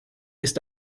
ist